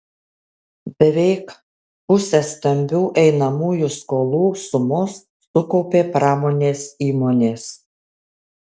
beveik pusę stambių einamųjų skolų sumos sukaupė pramonės įmonės